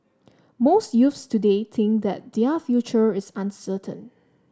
most youths today think that their future is uncertain